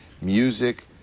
music